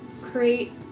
create